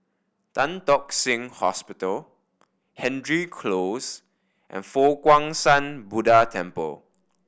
Tan Tock Seng Hospital Hendry Close and Fo Guang Shan Buddha Temple